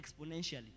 exponentially